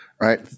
right